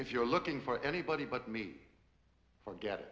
if you're looking for anybody but me forget i